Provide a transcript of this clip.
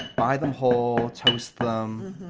buy them whole, toast them,